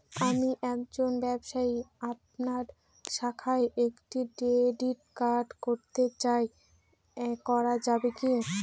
আমি একজন ব্যবসায়ী আপনার শাখায় একটি ক্রেডিট কার্ড করতে চাই করা যাবে কি?